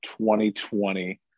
2020